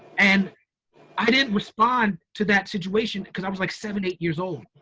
and i didn't respond to that situation cause i was like seven, eight years old.